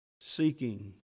seeking